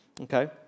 okay